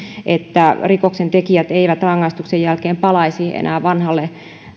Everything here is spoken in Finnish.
että rikoksentekijät eivät rangaistuksen jälkeen palaisi enää vanhalle